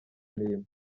imirimo